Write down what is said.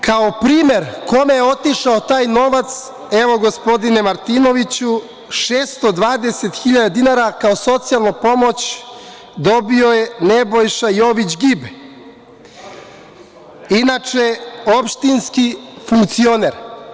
Kao primer kome je otišao taj novac, evo gospodine Martinoviću, 620 hiljada dinara kao socijalnu pomoć, dobio je Nebojša Jović Gibe, inače opštinski funkcioner.